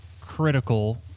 critical